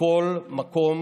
מכל מקום